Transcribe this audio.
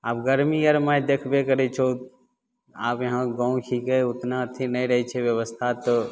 आब गरमी आओरमे देखबे करै छहो आब यहाँ गाम छिकै ओतना अथी नहि रहै छै बेबस्था तऽ